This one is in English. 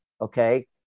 Okay